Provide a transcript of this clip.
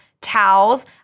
towels